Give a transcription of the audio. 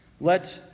Let